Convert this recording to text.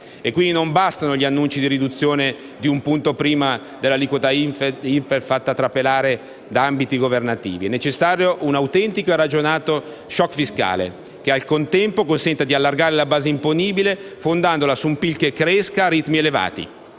Quindi, non bastano gli annunci di riduzione di un punto della prima aliquota IRPEF, fatta trapelare da ambienti governativi; è necessario un autentico e ragionato *shock* fiscale, che al contempo consenta di allargare la base imponibile, fondandola su un PIL che cresca a ritmi elevati.